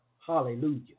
Hallelujah